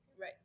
right